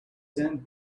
stand